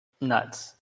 nuts